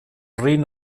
rin